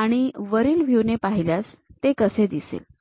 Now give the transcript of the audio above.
आणि वरील व्ह्यू ने पाहिल्यास ते कसे दिसेल